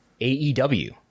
AEW